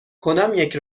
کدامیک